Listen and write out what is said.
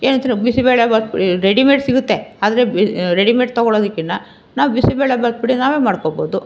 ಏನಂತೀರ bisibele bath readymade ಸಿಗುತ್ತೆ ಆದರೆ ಬ್ ರೆಡಿಮೆಡ್ ತಗೊಳ್ಳೋದಕ್ಕಿಂತ ನಾವು ಬಿಸಿಬೇಳೆ ಬಾತ್ ಪುಡಿ ನಾವೇ ಮಾಡ್ಕೊಳ್ಬೋದು